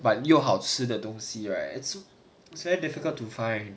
but 又好吃的东西 right it's very difficult to find